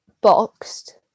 boxed